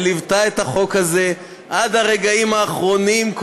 שליוותה את החוק הזה עד הרגעים האחרונים,